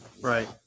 right